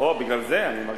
מי